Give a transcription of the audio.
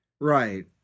Right